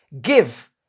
Give